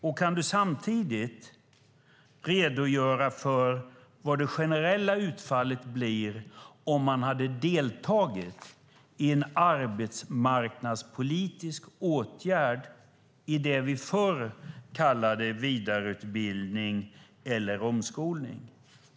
Och kan du samtidigt redogöra för vad det generella utfallet blir om man hade deltagit i en arbetsmarknadspolitisk åtgärd i det vi förr kallade vidareutbildning eller omskolning?